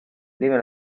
dime